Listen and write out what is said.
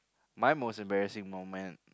my most embarrassing moment